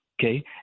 Okay